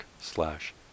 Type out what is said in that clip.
slash